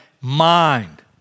mind